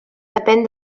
depèn